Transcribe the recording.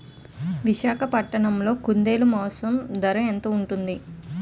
విశాఖపట్నంలో కుందేలు మాంసం ఎంత ధర ఉంటుంది?